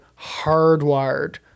hardwired